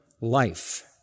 life